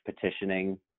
petitioning